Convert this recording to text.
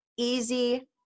Easy